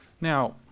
Now